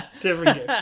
different